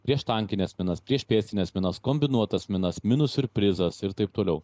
prieštankines minas priešpėstines minas kombinuotas minas minų siurprizas ir taip toliau